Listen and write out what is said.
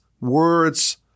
words